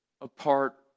apart